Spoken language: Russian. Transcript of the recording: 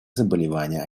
заболевания